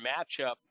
matchup